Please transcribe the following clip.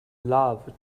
love